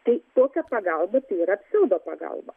tai tokia pagalba tai yra psiaudopagalba